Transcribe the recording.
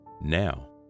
Now